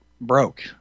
Broke